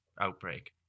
outbreak